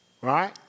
right